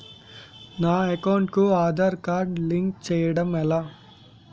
నా అకౌంట్ కు Aadhaar card link చేయడం ఎలా?